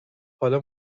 حالا